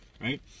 Right